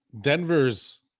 Denver's